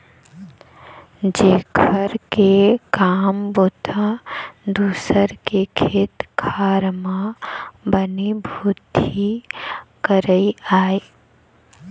जेखर के काम बूता दूसर के खेत खार म बनी भूथी करई आय